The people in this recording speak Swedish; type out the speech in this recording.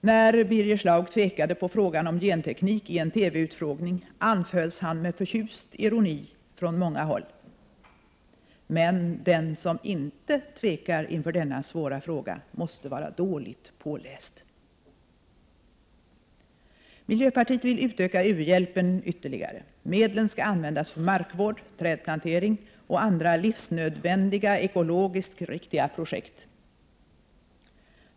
När Birger Schlaug tvekade på frågan om genteknik i en TV-utfrågning, anfölls han med förtjust ironi från många håll. Men den som inte tvekar inför denna svåra fråga måste vara dåligt påläst. Miljöpartiet vill utöka u-hjälpen ytterligare. Medlen skall användas för markvård, trädplantering och andra livsnödvändiga, ekologiskt riktiga projekt.